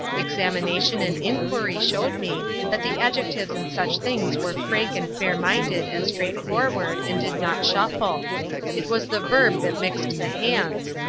examination and inquiry showed me that the adjectives and such things were frank and fair-minded and straightforward, and did not shuffle it was the verb that mixed the hands,